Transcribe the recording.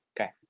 Okay